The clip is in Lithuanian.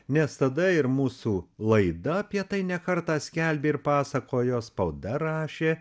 nes tada ir mūsų laida apie tai ne kartą skelbė ir pasakojo spauda rašė